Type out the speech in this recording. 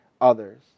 others